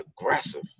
aggressive